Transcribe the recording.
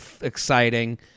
exciting